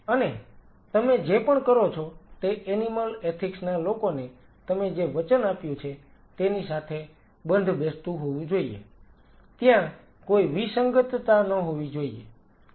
અને તમે જે પણ કરો છો તે એનિમલ એથીક્સ ના લોકોને તમે જે વચન આપ્યું છે તેની સાથે બંધબેસતું હોવું જોઈએ ત્યાં કોઈ વિસંગતતા ન હોવી જોઈએ